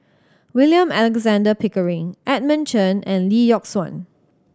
William Alexander Pickering Edmund Chen and Lee Yock Suan